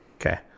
Okay